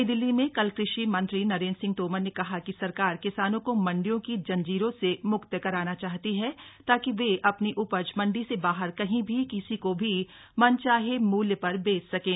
नई दिल्ली में कल कृषि मंत्री नरेन्द्र सिंह तोमर ने कहा कि सरकार किसानों को मंडियों की जंजीरों से मुक्त कराना चाहती है ताकि वे अपनी उपज मंडी से बाहर कहीं भी किसी को भी मनचाहे मूल्य पर बेच सकें